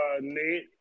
Nate